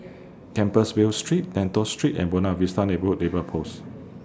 Compassvale Street Lentor Street and Buona Vista Neighbourhood neighbor Post